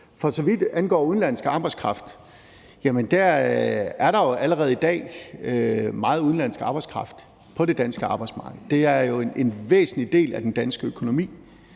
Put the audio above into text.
For så vidt angår udenlandsk arbejdskraft, er der jo allerede i dag meget udenlandsk arbejdskraft på det danske arbejdsmarked. Det er jo en væsentlig del af den danske økonomi,